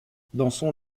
dansons